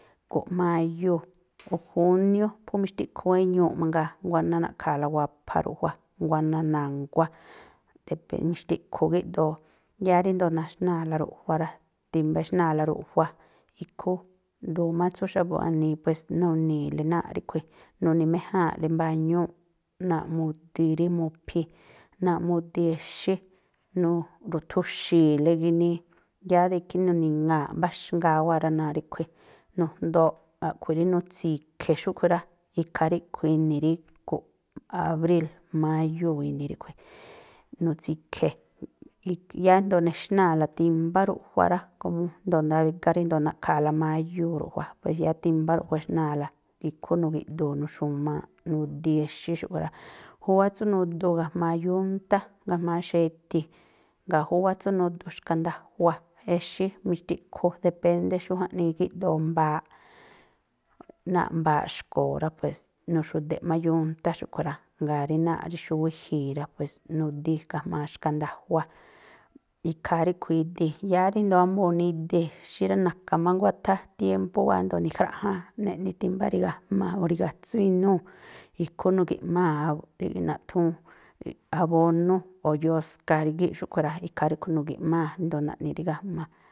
Gu̱nꞌ máyúu̱ o̱ júniú, phú mixtiꞌkhu wéñuuꞌ mangaa, nguáná na̱ꞌkha̱a̱ la wapha ruꞌjua, nguáná na̱nguá, depen mixtiꞌkhu gíꞌdoo. Yáá ríngo̱o naxnáa̱la ruꞌjua rá, timbá exnáa̱la ruꞌjua, ikhú ndu̱ má tsú xa̱bu̱ wanii pues, nuni̱i̱le náa̱ꞌ ríꞌkhui̱, nuni̱méjáa̱nꞌle mbañúu̱ꞌ, náa̱ꞌ mudi rí mu̱phi̱, náa̱ꞌ mudi exí, nuru̱thuxi̱i̱le ginii, yáá de ikhí nuni̱ŋaa̱ꞌ mbáxngaa wáa̱ rá, naa ríꞌkhui̱, nujndooꞌ, a̱ꞌkhui̱ rí nutsi̱khe̱ xúꞌkhui̱ rá. Ikhaa ríꞌkhui̱ ini̱ rí gu̱nꞌ abríl, máyúu̱ ini̱ ríꞌkhui̱. Nutsi̱khe̱, yáá ríjndo̱o nexnáa̱la timbá ruꞌjua rá, komo jndo̱o ndarígá ríndo̱o na̱ꞌkha̱a̱la máyúu̱ ruꞌjua, pues yáá timbá ruꞌjua exnáa̱la, ikhú nugi̱ꞌdu̱u̱ nuxu̱ma̱a̱ꞌ, nudi exí xúꞌkhui̱ rá. Júwá tsú nudu ga̱jma̱a yúntá, ga̱jma̱a xedi̱. Jngáa̱ júwá tsú nudu xkandajua exí, mixtiꞌkhu, depéndé xú jaꞌnii gíꞌdoo mbaaꞌ, náa̱ꞌ mbaaꞌ xkuo̱o̱ rá, pues nuxu̱de̱ꞌ má yúntá xúꞌkhui̱ rá, jngáa̱ rí náa̱ rí xú wíji̱i̱ rá, pues nudi ga̱jma̱a xkandajua. Ikhaa ríꞌkhui̱ idi. Yáá ríndo̱o wámbuu̱n nidi exí rá, na̱ka̱ má nguáthá tiémpú wáa̱ ríndo̱o nikhráꞌján, neꞌni timbá rigajma̱ o̱ rigatsú inúú, ikhú nugi̱ꞌmáa rí naꞌthúún abónú o̱ yoska rígíꞌ xúꞌkhui̱ rá. Ikhaa ríꞌkhui̱ nugi̱ꞌmáa̱ ríndo̱o naꞌni rigajma̱.